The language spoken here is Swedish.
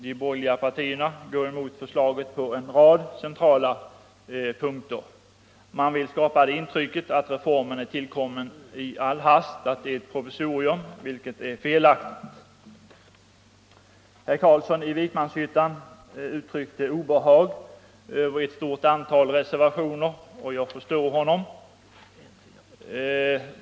De borgerliga går emot förslaget på en rad centrala punkter. Man vill skapa det intrycket att reformen är tillkommen i all hast och att den är ett provisorium, vilket är djupt felaktigt. Herr Carlsson i Vikmanshyttan uttryckte obehag över ett stort antal av reservationerna, och jag förstår honom.